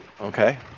Okay